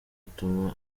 atuma